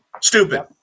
stupid